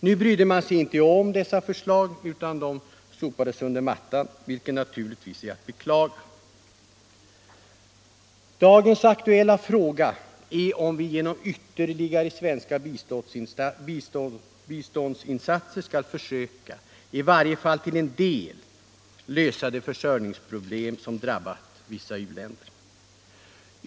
Nu brydde man sig inte om dessa förslag, utan de sopades under mattan, vilket naturligtvis är att beklaga. Dagens aktuella fråga är om vi genom ytterligare svenska biståndsinsatser skall försöka att i varje fall till en del lösa de försörjningsproblem som drabbat vissa u-länder.